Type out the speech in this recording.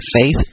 faith